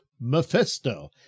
Mephisto